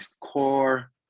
core